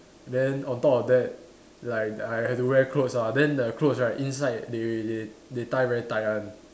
then on top of that like I had to wear clothes ah then the clothes right inside they they they tie very tight one